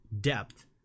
depth